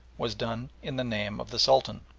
was done in the name of the sultan.